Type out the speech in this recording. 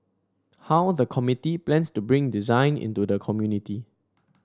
how the committee plans to bring design into the community